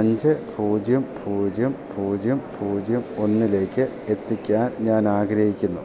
അഞ്ച് പൂജ്യം പൂജ്യം പൂജ്യം പൂജ്യം ഒന്നിലേക്ക് എത്തിക്കാൻ ഞാനാഗ്രഹിക്കുന്നു